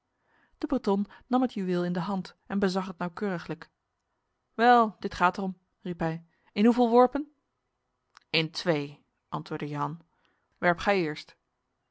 de breton nam het juweel in de hand en bezag het nauwkeuriglijk wel dit gaat er om riep hij in hoeveel worpen in twee antwoordde jehan werp gij eerst